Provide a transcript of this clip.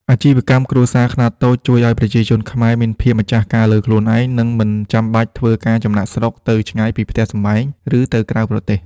អាជីវកម្មគ្រួសារខ្នាតតូចជួយឱ្យប្រជាជនខ្មែរមានភាពម្ចាស់ការលើខ្លួនឯង និងមិនចាំបាច់ធ្វើការចំណាកស្រុកទៅឆ្ងាយពីផ្ទះសម្បែង ឬទៅក្រៅប្រទេស។